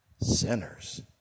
sinners